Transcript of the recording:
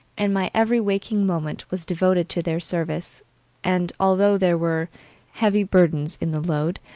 and my every waking moment was devoted to their service and although there were heavy burdens in the load,